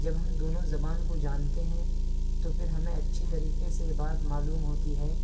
جب ہم دونوں زبان کو جانتے ہیں تو پھر ہمیں اچھی طریقے سے بات معلوم ہوتی ہے